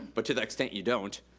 but to the extent you don't,